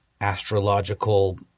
astrological